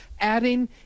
adding